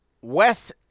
Wes